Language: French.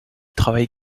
travaille